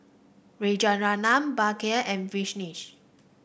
Rajaratnam Bhagat and Vishal